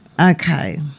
Okay